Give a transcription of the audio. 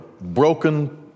broken